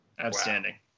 outstanding